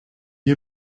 you